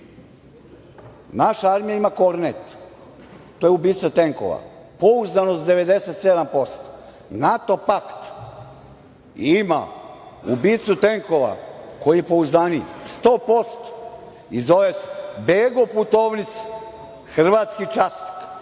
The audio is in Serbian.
Naša armija ima Kornet, to je ubica tenkova, pouzdanost 97%, NATO pakt ima ubicu tenkova koji je pouzdaniji 100% i zove se Bego Putovnica, hrvatski časnik.